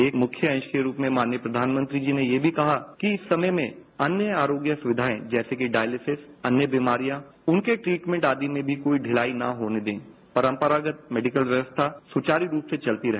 एक्मुख्य अंश के रूप में माननीय प्रवानमंत्री जी ने यह भी कहा कि इस समय में अन्य आरोग्यसुविघायें जैसे कि डायलेसिस अन्य बीमारिया उनके ट्रीटमेन्ट आदि में भी कोई ढिलाईना होने दें और हम परम्परागत मैडिकल व्यवस्था सुचारू रूप से चलती रहे